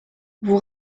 vous